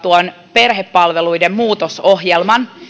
perhepalveluiden muutosohjelman